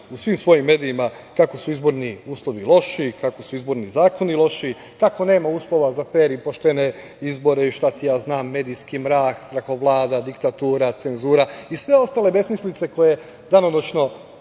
u svim svojim medijima, kako su izborni uslovi loši, kako su izborni zakoni loši, kako nema uslova za fer i poštene izbore, medijski mrak, strahovlada, diktatura, cenzura i sve ostale besmislice koje danonoćno